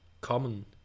common